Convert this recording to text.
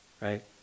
right